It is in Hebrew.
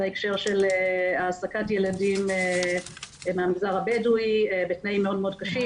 בהקשר של העסקת ילדים מהמגזר הבדואי בתנאים מאוד קשים.